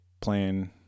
playing